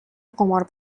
قمار